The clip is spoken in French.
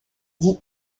dit